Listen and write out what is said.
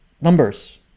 numbers